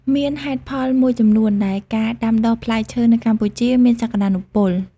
មានហេតុផលមួយចំនួនដែលការដាំដុះផ្លែឈើនៅកម្ពុជាមានសក្តានុពល។